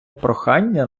прохання